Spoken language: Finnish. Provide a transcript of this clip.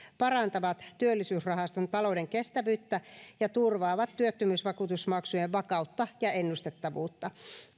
parantavat työllisyysrahaston talouden kestävyyttä ja turvaavat työttömyysvakuutusmaksujen vakautta ja ennustettavuutta